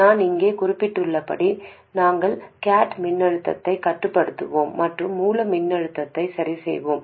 நான் இங்கே குறிப்பிட்டுள்ளபடி நாங்கள் கேட் மின்னழுத்தத்தைக் கட்டுப்படுத்துவோம் மற்றும் மூல மின்னழுத்தத்தை சரிசெய்வோம்